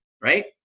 right